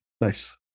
Nice